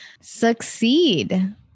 succeed